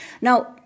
Now